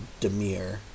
Demir